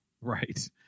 Right